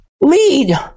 lead